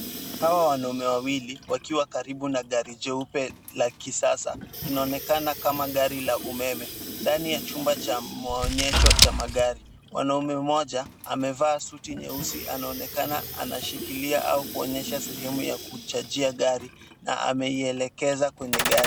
Hawa wanaume wawili wakiwa karibu na gari jeupela kisasa. Inaonekana kama gari la umeme, ndani ya chumba cha maonyesho cha magari. Mwanaume mmoja amevaa suti nyeusi, anaonekana anashikilia au kuonyesha sehemu ya kuchajia gari na ameielekeza kwenye gari.